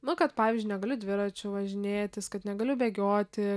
nu kad pavyzdžiui negaliu dviračiu važinėtis kad negaliu bėgioti